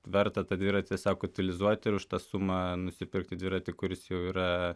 verta tą dviratį sako utilizuoti už tą sumą nusipirkti dviratį kuris jau yra